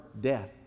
death